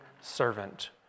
servant